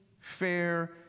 fair